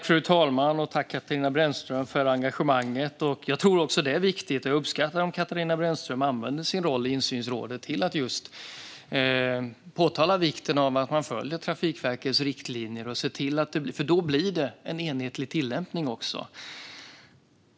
Fru talman! Tack, Katarina Brännström, för engagemanget! Jag uppskattar om Katarina Brännström använder sin roll i insynsrådet till att påpeka vikten av att följa Trafikverkets riktlinjer. Det är viktigt. Då blir det en enhetlig tillämpning.